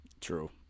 True